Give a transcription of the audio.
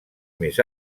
més